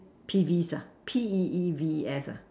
peeves ah P E E V E S ah